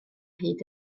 hyd